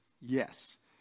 yes